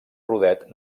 rodet